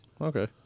Okay